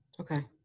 Okay